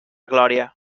glòria